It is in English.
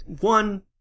one